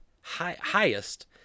highest